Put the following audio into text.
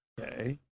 Okay